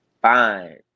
Fine